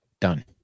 Done